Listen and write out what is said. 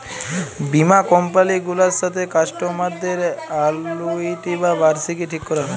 বীমা কমপালি গুলার সাথে কাস্টমারদের আলুইটি বা বার্ষিকী ঠিক ক্যরা হ্যয়